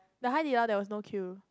the Hai-Di-Lao there was no queue